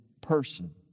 person